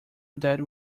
that